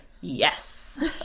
yes